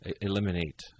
eliminate